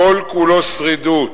כל כולו שרידות.